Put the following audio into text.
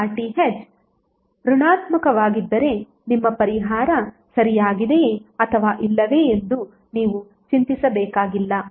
ನಿಮ್ಮ RTh ಋಣಾತ್ಮಕವಾಗಿದ್ದರೆ ನಿಮ್ಮ ಪರಿಹಾರ ಸರಿಯಾಗಿದೆಯೆ ಅಥವಾ ಇಲ್ಲವೇ ಎಂದು ನೀವು ಚಿಂತಿಸಬೇಕಾಗಿಲ್ಲ